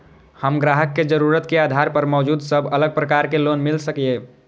हम ग्राहक के जरुरत के आधार पर मौजूद सब अलग प्रकार के लोन मिल सकये?